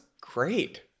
great